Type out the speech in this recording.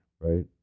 right